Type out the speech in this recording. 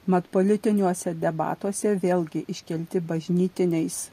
mat politiniuose debatuose vėlgi iškelti bažnytiniais